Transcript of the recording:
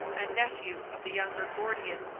and nephew of the younger gordian,